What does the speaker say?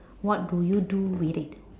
what do you do with it